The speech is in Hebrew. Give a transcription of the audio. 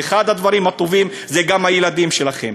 ואחד הדברים הטובים זה הילדים שלכם.